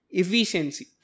efficiency